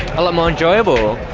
a lot more enjoyable.